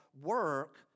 work